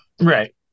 Right